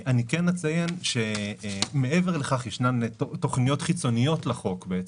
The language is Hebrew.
אני כן אציין שמעבר לכך ישנן תוכניות חיצוניות לחוק בעצם.